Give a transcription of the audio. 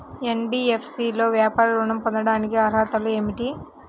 NBFC లో వ్యాపార ఋణం పొందటానికి అర్హతలు ఏమిటీ?